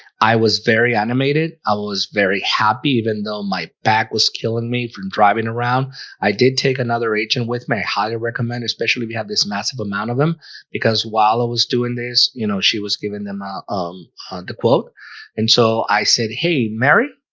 i was very animated i was very happy even though my back was killing me from driving around i did take another agent with me highly recommend, especially we had this massive amount of them because while i was doing this you know she was giving them ah um the quote and so i said hey mary.